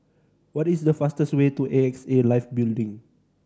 what is the fastest way to A X A Life Building